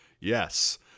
Yes